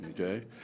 okay